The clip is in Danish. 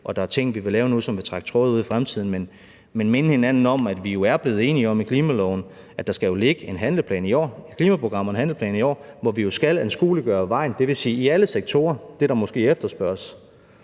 at der er ting, vi vil lave nu, som vil trække tråde ud i fremtiden, men minde hinanden om, at vi jo er blevet enige om i forbindelse med klimaloven, at der skal ligge et klimaprogram og en handleplan i år, hvor vi skal anskueliggøre vejen, det vil sige i alle sektorer, altså det, der måske efterspørges,